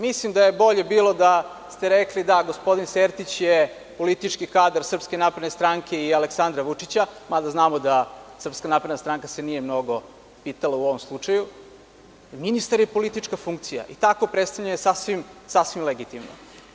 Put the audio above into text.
Mislim da je bilo bolje da ste rekli – da, gospodin Sertić je politički kadar SNS i Aleksandra Vučića, mada znamo da se SNS nije mnogo pitala u ovom slučaju, ali ministar je politička funkcija i takvo predstavljanje je sasvim legitimno.